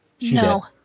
No